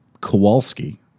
Kowalski